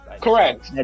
Correct